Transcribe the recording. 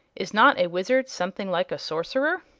is not a wizard something like a sorcerer?